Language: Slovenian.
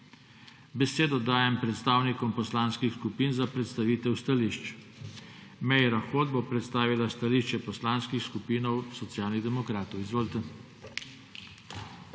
Besedo dajem predstavnikom poslanskih skupin za predstavitev stališč. Meira Hot bo predstavila stališče Poslanske skupine Socialnih demokratov. Izvolite.